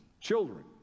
children